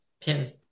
pin